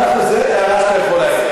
מאה אחוז, זו הערה שאתה יכול להגיד.